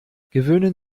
gewöhnen